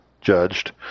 judged